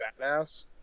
badass